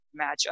matchup